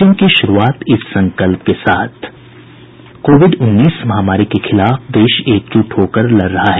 bulletin की शुरूआत इस संकल्प के साथ कोविड उन्नीस महामारी के खिलाफ देश एकजुट होकर लड़ रहा है